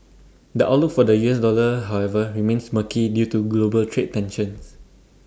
the outlook for the U S dollar however remains murky due to global trade tensions